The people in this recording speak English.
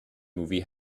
movie